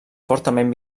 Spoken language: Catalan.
fortament